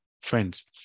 Friends